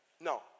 No